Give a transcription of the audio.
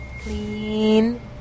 Clean